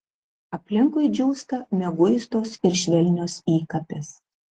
aplinkui džiūsta mieguistos ir švelnios įkapės